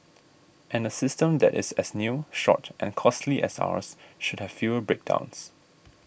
and a system that is as new short and costly as ours should have fewer breakdowns